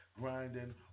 grinding